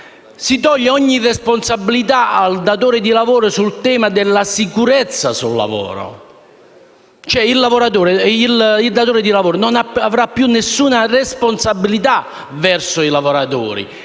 inoltre ogni responsabilità al datore di lavoro sul tema della sicurezza sul lavoro. Il datore di lavoro non avrà più alcuna responsabilità verso i lavoratori: